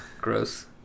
gross